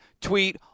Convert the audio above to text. tweet